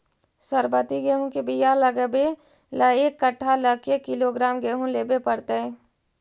सरबति गेहूँ के बियाह लगबे ल एक कट्ठा ल के किलोग्राम गेहूं लेबे पड़तै?